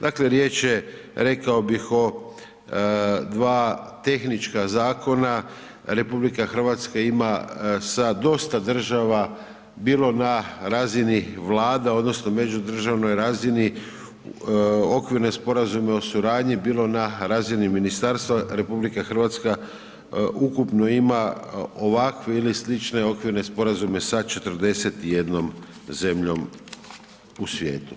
Dakle riječ je rekao bi o 2 tehnička zakona, RH, ima sa dosta država bilo na razini vlada, odnosno, međudržavnoj razini, okvirne sporazume o suradnji, bilo na razini ministarstva RH, ukupno ima ovakve ili slične Okvirne sporazume sa 41 zemljom u svijetu.